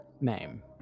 name